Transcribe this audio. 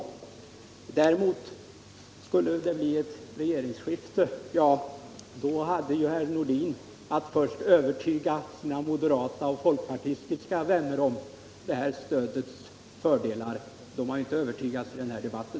Om det däremot skulle bli ett regeringsskifte, då har herr Nordin att först övertyga sina moderata och folkpartistiska vänner om det här stödets fördelar. De har tydligen inte övertygat i den här debatten.